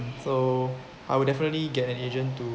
so I would definitely get an agent to